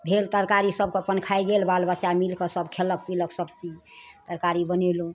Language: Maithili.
भेल तरकारीसब अपन खाइ गेल बाल बच्चा मिलिकऽ सब खेलक पिलक सबचीज तरकारी बनेलहुँ